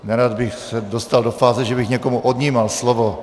Nerad bych se dostal do fáze, že bych někomu odnímal slovo.